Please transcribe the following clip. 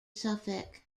suffolk